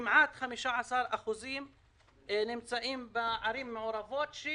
וכמעט 15% נמצאות בערים מעורבות,